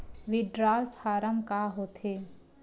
Withdrawal form का होथे?